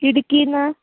ഇടുക്കിയില്നിന്ന്